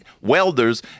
welders